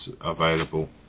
available